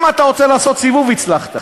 אם אתה רוצה לעשות סיבוב, הצלחת.